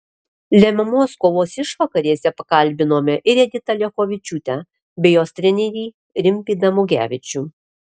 lemiamos kovos išvakarėse pakalbinome ir editą liachovičiūtę bei jos trenerį rimvydą mugevičių